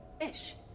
fish